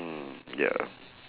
mm ya